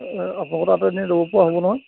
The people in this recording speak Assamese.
এ আপোনালোকৰ তাত এনে ল'ব পৰা হ'ব নহয়